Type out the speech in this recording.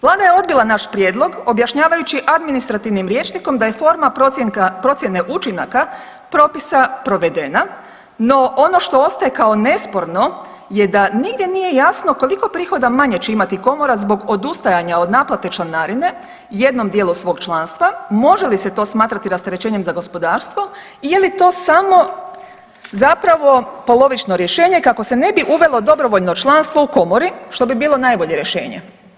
Vlada je odbila naš prijedlog objašnjavajući administrativnim rječnikom da je forma procjene učinaka propisa provedena, no ono što ostaje kao nesporno je da nigdje nije jasno koliko prihoda manje će imati Komora zbog odustajanja od naplate članarine jednom dijelu svog članstva, može li se to smatrati rasterećenjem za gospodarstvo i je li to samo zapravo polovično rješenje kako se ne bi uvelo dobrovoljno članstvo u Komori, što bi bilo najbolje rješenje.